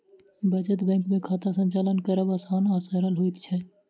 बचत बैंक मे खाता संचालन करब आसान आ सरल होइत छै